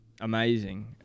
amazing